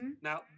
Now